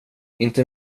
inte